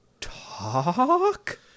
talk